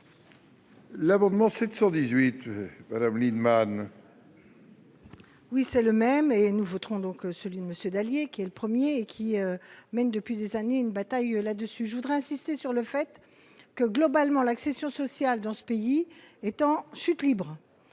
L'amendement sur 18 Madame Lienemann. Oui, c'est le même et nous voterons donc celui de monsieur Dallier, qui est le 1er qui mène depuis des années une bataille là-dessus, je voudrais insister sur le fait que globalement l'accession sociale dans ce pays est en chute libre,